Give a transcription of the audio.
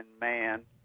man